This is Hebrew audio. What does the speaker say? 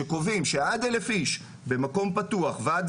קובעים עד 1,000 איש במקום פתוח ועד